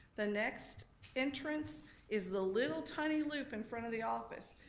the next entrance is the little tiny loop in front of the office,